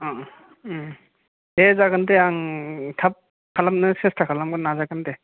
अ दे जागोन दे आं थाब खालामनो सेस्था खालामगोन नाजागोन दे